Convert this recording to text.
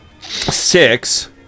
Six